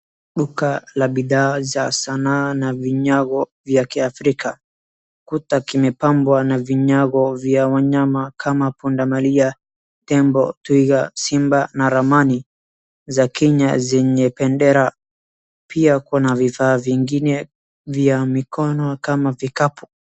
Duka la bidhaa za sanaa na vinyago vya kiafrica. Kuta kimepabwa na vinyago vya wanyama kama pundamilia, tembo, twiga, simba na ramani za Kenya zenye pendera. Pia kuna vifaa vingine vya mikono kama vikapu.